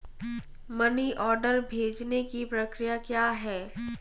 Money order भेजने की प्रक्रिया क्या है?